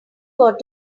got